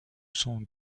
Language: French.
sont